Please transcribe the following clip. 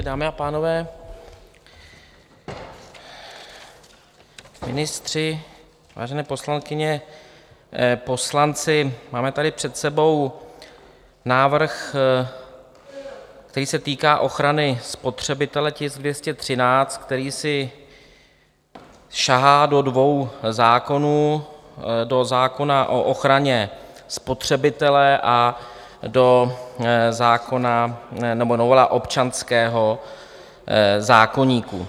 Dámy a pánové, ministři, vážené poslankyně, poslanci, máme tady před sebou návrh, který se týká ochrany spotřebitele, tisk 213, který sahá do dvou zákonů do zákona o ochraně spotřebitele a do zákona nebo novely občanského zákoníku.